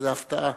זה הפתעה.